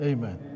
Amen